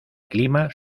clima